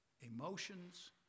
emotions